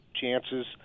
chances